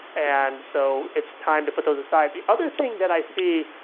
and so it's time to put those aside. the other thing that i see,